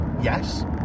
Yes